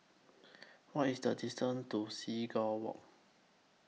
What IS The distance to Seagull Walk